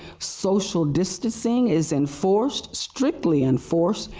social distancing, is enforced. strictly enforced.